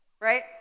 right